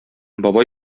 бабай